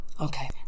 okay